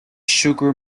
sugar